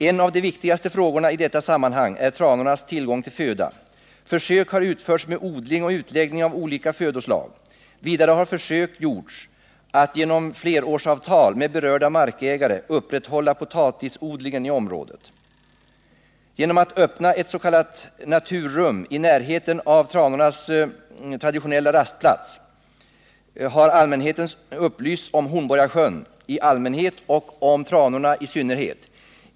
En av de viktigaste frågorna i detta sammanhang är tranornas tillgång till föda. Försök har utförts med odling och utläggning av olika födoslag. Vidare har försök gjorts att genom flerårsavtal med berörda markägare upprätthålla potatisodlingen i området. Genom att öppna ett s.k. naturrum i närheten av tranornas traditionella rastplatser har allmänheten upplysts om Hornborgasjön i allmänhet och om tranorna i synnerhet.